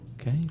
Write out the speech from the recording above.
Okay